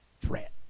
threat